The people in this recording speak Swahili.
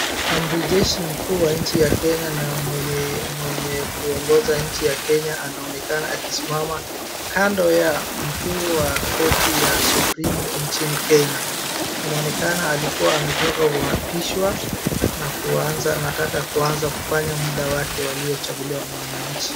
Amri jeshi mkuu wa nchi ya Kenya na mwenye, mwenye kuongoza nchi ya Kenya anaonekana akisimama kando ya mkuu wa koti ya supreme nchini Kenya. Inaonekana alikuwa ametoka kuapishwa, na kuanza anataka kuanza kufanya muda wake waliochaguliwa na wananchi.